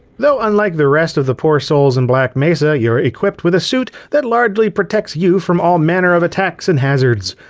though unlike the rest of the poor souls in black mesa, you're equipped with a suit that largely protects you from all manner of attacks and hazards.